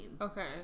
Okay